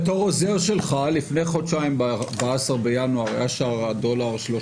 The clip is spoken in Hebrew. בתור עוזר שלך לפני חודשיים ב-14 בינואר שער הדולר היה